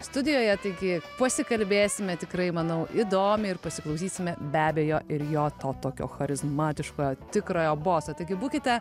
studijoje taigi pasikalbėsime tikrai manau įdomiai ir pasiklausysime be abejo ir jo to tokio charizmatiškojo tikrojo boso taigi būkite